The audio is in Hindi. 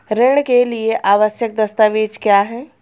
ऋण के लिए आवश्यक दस्तावेज क्या हैं?